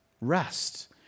rest